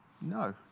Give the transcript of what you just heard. No